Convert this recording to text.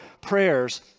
prayers